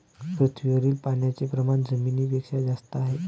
पृथ्वीवरील पाण्याचे प्रमाण जमिनीपेक्षा जास्त आहे